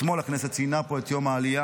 אתמול הכנסת ציינה פה את יום העלייה,